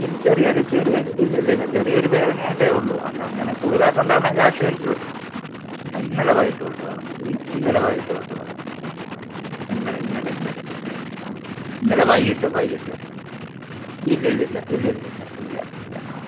ഇല്ല ചെറിയൊരു ചെറിയൊരു ഇല്ലില്ലില്ല ചെറിയൊരു വേദനയായിട്ടേ ഉള്ളൂ അല്ല അങ്ങനെ കൂടുതലായിട്ടുണ്ടാവുന്ന കാഷ്വാലിറ്റീൽ ആ ഇന്നലെ വൈകീട്ട് തൊട്ട് തുടങ്ങി ഇന്ന ഇന്നലെ വൈകീട്ട് തൊട്ട് തുടങ്ങി ഇന്നലെ ഇന്നലെ ഇന്നലെ ഇന്നലെ ആ ഇന്നലെ വൈകീട്ട് വൈകീട്ട് ഇല്ലില്ലില്ല ഇല്ലില്ലില്ല ഇല്ല ഇല്ല ആ